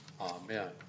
Amen